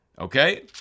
Okay